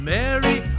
Mary